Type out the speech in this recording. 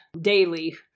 daily